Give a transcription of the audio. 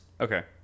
okay